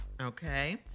okay